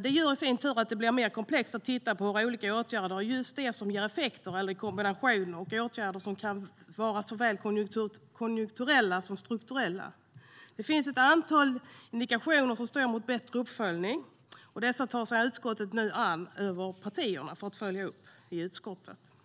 Det gör i sin tur att det blir mer komplext att titta på hur olika åtgärder ger effekt enskilt eller i kombination, och åtgärder kan vara såväl konjunkturella som strukturella. Det finns ett antal indikationer som styr mot bättre uppföljning, och dessa tar sig utskottet nu an brett över partierna för att följa upp.